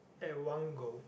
at one go